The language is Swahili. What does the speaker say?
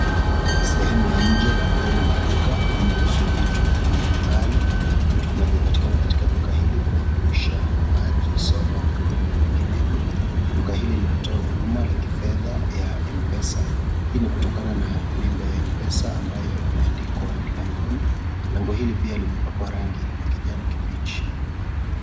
Sehemu ya nje langoni mwa duka panapouzwa vitu mbalimbali, vitu vinavyopatikana katika duka hili vinajumuisha maji, soda miongoni mwa vinginevyo, duka hili linatoa huduma la kifedha ya M-pesa, hii ni kutokana na nembo ya M-pesa ambayo imeandikwa langoni, lango hili pia limepakwa rangi ya kijanikibichi.